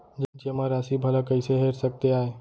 जेमा राशि भला कइसे हेर सकते आय?